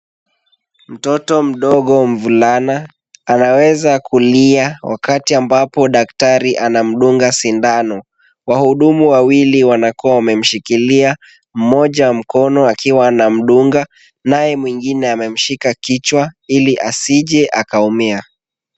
Mtoto mdogo mvlana anaweza kulia wakati ambapo daktari anamdunga sindano, wahudumu wawili wanakuwa wamemshikilia, mmoja wa mkono akiwa anamdunga, naye mwingine amemshika kichwa ili asije akaumia.